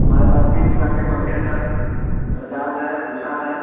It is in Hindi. हमारे पास तीन प्रकार के पंखे हैं सर बज़ाज़ है उषा है